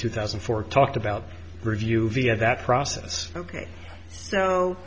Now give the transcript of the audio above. two thousand and four talked about review via that process ok so